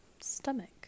stomach